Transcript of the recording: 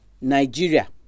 Nigeria